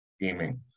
gaming